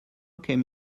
came